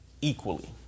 equally